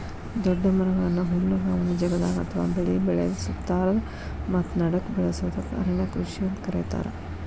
ದೊಡ್ಡ ಮರಗಳನ್ನ ಹುಲ್ಲುಗಾವಲ ಜಗದಾಗ ಅತ್ವಾ ಬೆಳಿ ಬೆಳದ ಸುತ್ತಾರದ ಮತ್ತ ನಡಕ್ಕ ಬೆಳಸೋದಕ್ಕ ಅರಣ್ಯ ಕೃಷಿ ಅಂತ ಕರೇತಾರ